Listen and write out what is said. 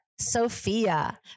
Sophia